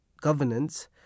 governance